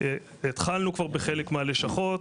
התחלנו בחלק מהלשכות,